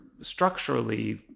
structurally